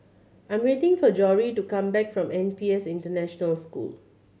I'm waiting for Jory to come back from N P S International School